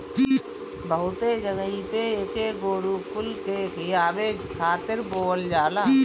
बहुते जगही पे एके गोरु कुल के खियावे खातिर बोअल जाला